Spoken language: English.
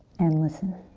and listen.